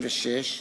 36)